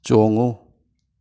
ꯆꯣꯡꯉꯨ